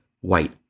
white